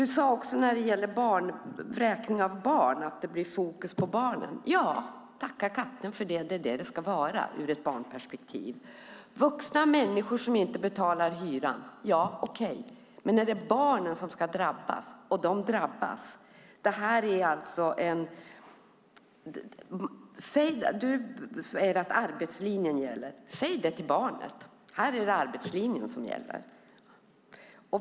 När det gäller vräkning av barn sade du att det blir fokus på barnen. Ja, tacka katten för det! Det är så det ska vara, ur ett barnperspektiv. Det är vuxna människor som inte betalar hyran, men det är barnen som drabbas. Du säger att arbetslinjen gäller. Säg det till barnet!